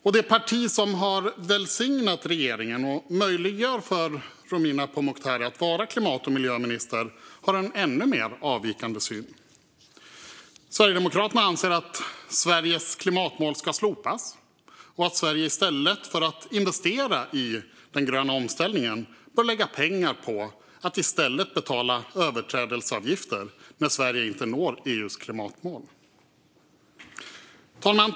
Och det parti som har välsignat regeringen och möjliggör för Romina Pourmokhtari att vara klimat och miljöminister har en än mer avvikande syn. Sverigedemokraterna anser att Sveriges klimatmål ska slopas och att Sverige i stället för att investera i den gröna omställningen bör lägga pengar på att betala överträdelseavgifter när Sverige inte når EU:s klimatmål. Fru talman!